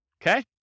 okay